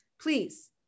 Please